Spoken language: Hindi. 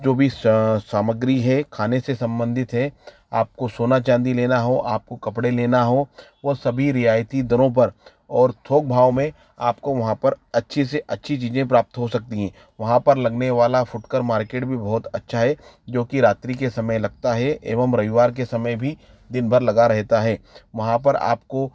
जो भी सामग्री है खाने से सम्बंधित है आपको सोना चांदी लेना हो आपको कपड़े लेना हो वो सभी रियायतों दरों पर और थोक भाव में आपको वहाँ पर अच्छी से अच्छी चीज़ें प्राप्त हो सकती है वहाँ पर लगने वाला फुटर मार्केट भी बहुत अच्छा है जो की रात्री के समय लगता है एवं रविवार के समय भी दिन भर लगा रहता है वहाँ पर आपको